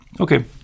Okay